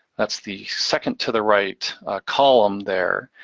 that's the second to the right column there,